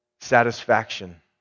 satisfaction